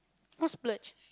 you splurge